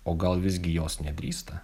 o gal visgi jos nedrįsta